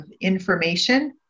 information